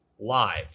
live